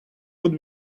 would